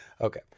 Okay